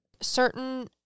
certain